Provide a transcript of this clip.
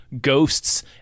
ghosts